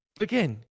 Again